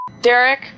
Derek